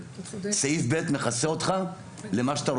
סעיף ב' מכסה אותך למה שאתה רוצה,